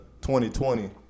2020